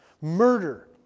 murder